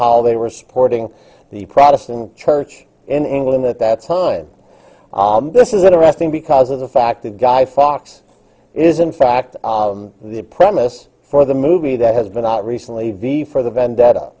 they were supporting the protestant church in england at that time and this is interesting because of the fact that guy fox is in fact the premise for the movie that has been out recently v for vendetta